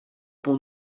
pont